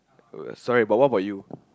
sorry but what about you